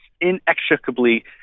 inextricably